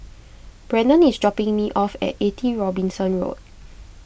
Brannon is dropping me off at eighty Robinson Road